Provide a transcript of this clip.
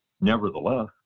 nevertheless